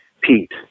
Pete